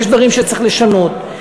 יש דברים שצריך לשנות,